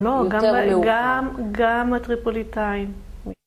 ‫לא, גם ב... - יותר מלוב - גם... גם הטריפוליטאים.